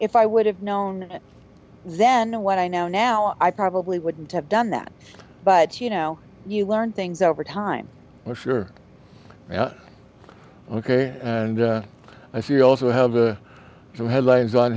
if i would have known then what i know now i probably wouldn't have done that but you know you learn things over time i sure ok and i see also have the two headlines on